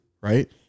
Right